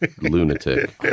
lunatic